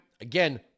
again